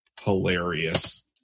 hilarious